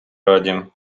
раді